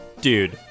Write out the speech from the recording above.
Dude